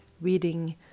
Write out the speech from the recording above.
reading